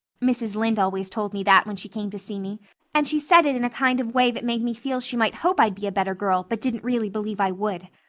mrs. lynde always told me that when she came to see me and she said it in a kind of way that made me feel she might hope i'd be a better girl but didn't really believe i would.